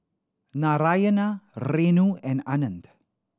Narayana Renu and Anand